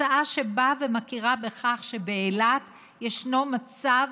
הצעה שבאה ומכירה בכך שבאילת ישנו מצב